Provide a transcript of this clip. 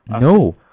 No